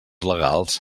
legals